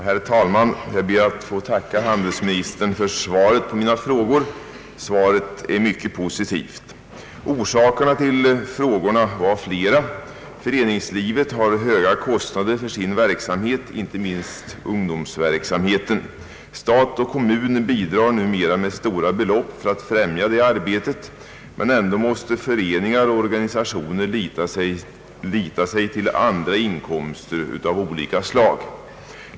Herr talman! Jag ber att få tacka handelsministern för svaret på min fråga. Svaret är mycket positivt. Orsakerna till min fråga var många. Föreningslivet har höga kostnader för sin verksamhet, inte minst ungdomsverksamheten. Stat och kommun bidrar numera med stora belopp för att främja detta arbete, men ändå måste föreningar och organisationer lita till andra inkomster av olika slag.